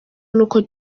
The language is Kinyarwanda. nuko